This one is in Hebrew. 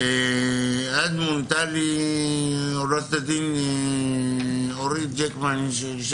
ואז מונתה לי עורכת הדין ג'קמן מהסיוע